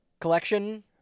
collection